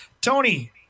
tony